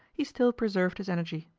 he still preserved his energy.